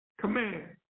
command